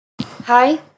Hi